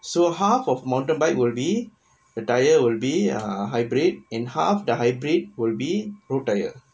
so half of mountain bike will be the tyre will be a red in half will be blue tyre